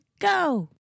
Go